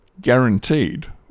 guaranteed